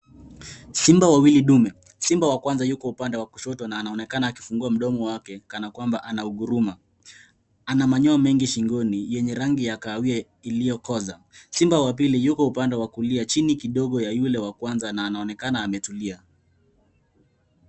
Simba wawili dume. Simba wa Kwanza tuko upande wa kushoto na anaonekana akufungua mdomo wake kama kwamba anaguruma . Ana manyoya mengi shingoni yenye kahawia iliyokoza. Simba wa pili Yuko upande wa kulia chini kidogo na yule wa kwanza na anaonekana ametulia.